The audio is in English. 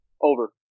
Over